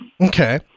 okay